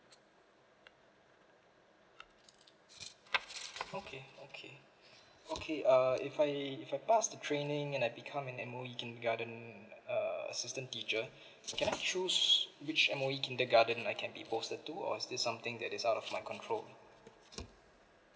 okay okay okay err if I if I pass the training and I become an M_O_E kindergarten err assistant teacher can I choose which M_O_E kindergarten I can be posted to or is this something that is out of my control